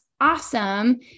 awesome